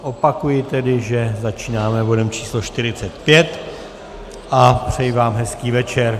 Opakuji tedy, že začínáme bodem číslo 45, a přeji vám hezký večer.